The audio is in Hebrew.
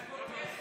זה כותרת.